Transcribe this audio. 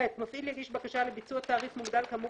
(ח) מפעיל יגיש בקשה לביצוע תעריף מוגדל כאמור